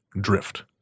drift